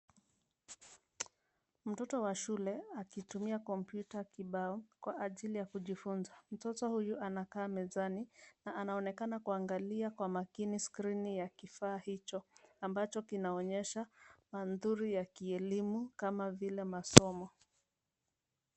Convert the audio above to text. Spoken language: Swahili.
Mtoto wa shule akitumia kompyuta kibao kwa ajili ya kujifunza. Mtoto huyu anakaa mezani na anaonekana kuangalia kwa makini skrini ya kifaa hicho ambacho kinaonyesha mandhari ya kielimu kama vile masomo.